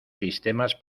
sistemas